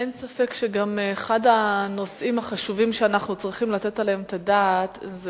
אין ספק שאחד הנושאים החשובים שאנחנו צריכים לתת עליהם את הדעת זה